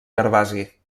gervasi